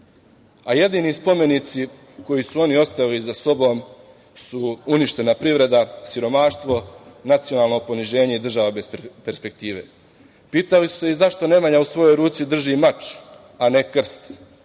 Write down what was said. Jedini spomenici koje su oni ostavili za sobom su uništena privreda, siromaštvo, nacionalno poniženje i država bez perspektive. Pitali su se i zašto Nemanja u svojoj ruci drži mač, a ne krst,